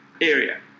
area